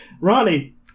Ronnie